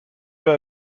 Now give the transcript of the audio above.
peu